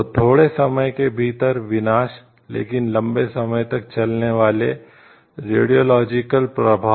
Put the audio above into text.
तो थोड़े समय के भीतर विनाश लेकिन लंबे समय तक चलने वाले रेडियोलॉजिकल प्रभाव